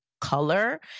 color